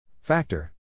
Factor